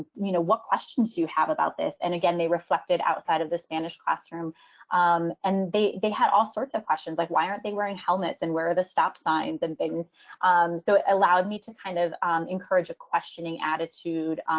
you know what questions you have about this. and again, they reflected outside of the spanish classroom um and they they had all sorts of questions like, why aren't they wearing helmets and where are the stop signs and things? so it allowed me to kind of encourage a questioning attitude,